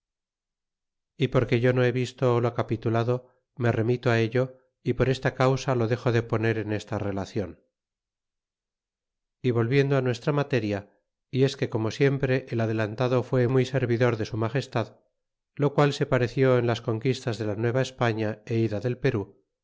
y porque yo no he visto lo capitulado me remito ello y por esta causa lo dexo de poner en esta relacion y volviendo nuestra materia y es que como siempre el adelantado fue muy servidor de su magestad lo qual se pareció en las conquistas de la nueva españa é ida del perú